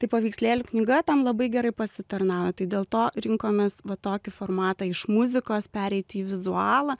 tai paveikslėlių knyga tam labai gerai pasitarnavo tai dėl to rinkomės va tokį formatą iš muzikos pereiti į vizualą